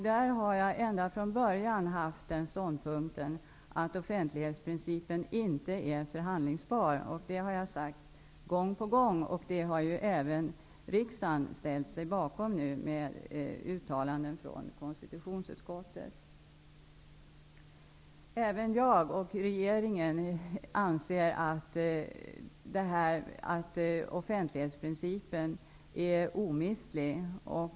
Där har jag ända från början intagit ståndpunkten att offentlighetsprincipen inte är förhandlingsbar. Det har jag sagt gång på gång, och riksdagen har också ställt sig bakom detta genom uttalanden från konstitutionsutskottet. Även jag och regeringen anser att offentlighetsprincipen är omistlig.